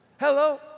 Hello